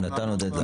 נתנו דד ליין.